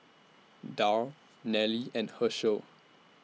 Darl Nelly and Hershel